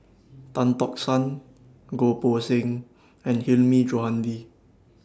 Tan Tock San Goh Poh Seng and Hilmi Johandi